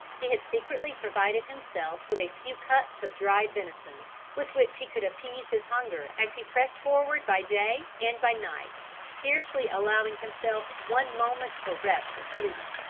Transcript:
he had secretly provided himself with a few cuts of dried venison with which he could appease his hunger as he pressed forward by day and by night, scarcely allowing himself one moment for rest or sleep.